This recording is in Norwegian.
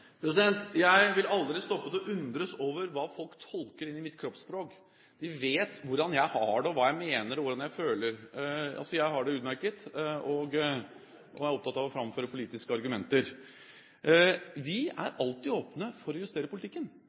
Jeg vil aldri stoppe med å undres over hva folk tolker inn i mitt kroppsspråk. De vet hvordan jeg har det, hva jeg mener og hvordan jeg føler. Jeg har det utmerket, og jeg er opptatt av å framføre politiske argumenter. Vi er alltid åpne for å justere politikken.